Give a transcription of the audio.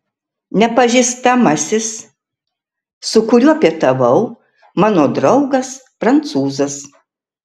nepažįstamasis su kuriuo pietavau mano draugas prancūzas